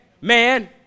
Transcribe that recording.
man